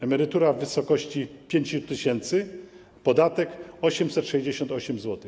Emerytura w wysokości 5 tys., podatek - 868 zł.